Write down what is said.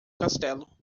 castelo